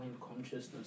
consciousness